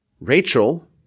Rachel